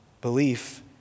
Belief